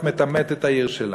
את מטמאת את העיר שלנו.